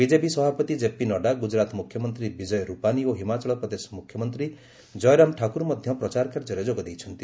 BJP ସଭାପତି ଜେପି ନଡ୍ଡା ଗୁଜରାତ ମୁଖ୍ୟମନ୍ତ୍ରୀ ବିଜୟ ରୁପାନୀ ଓ ହିମାଚଳ ପ୍ରଦେଶ ମୁଖ୍ୟମନ୍ତ୍ରୀ କୟରାମ ଠାକୁର ମଧ୍ୟ ପ୍ରଚାର କାର୍ଯ୍ୟରେ ଯୋଗ ଦେଇଛନ୍ତି